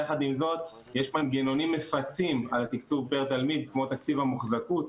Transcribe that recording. יחד עם זאת יש מנגנונים מפצים על תקצוב פר תלמיד כמו תקציב המוחזקות.